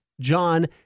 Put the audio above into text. John